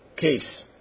case